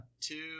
two